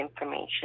information